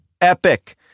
epic